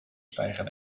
stijgen